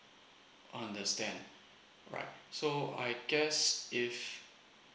understand right so I guess if